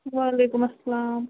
وعلیکُم اسلام